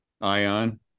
ion